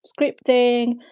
scripting